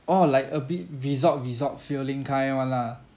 oh like a bit resort resort feeling kind [one] lah